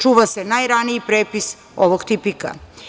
Čuva se najraniji prepis ovog tipika.